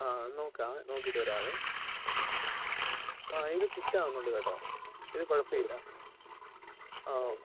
ആ നോക്കാവേ നോക്കിയിട്ട് വരാവേ ഓക്കെ ആ ഇത് ഫിറ്റ് ആവുന്നുണ്ട് കേട്ടോ ഇത് കുഴപ്പം ഇല്ല ആ ഓക്കെ